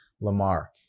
Lamar